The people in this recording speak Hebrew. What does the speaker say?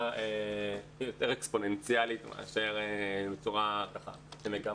יותר אקספוננציאלית מאשר בצורה ככה של שינוי מגמה.